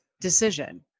decision